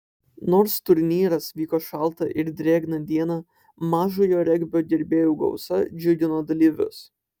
nors turnyras vyko šaltą ir drėgną dieną mažojo regbio gerbėjų gausa džiugino dalyvius